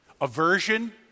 aversion